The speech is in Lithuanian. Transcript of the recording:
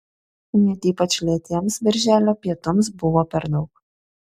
net ypač lėtiems birželio pietums buvo per daug